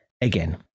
again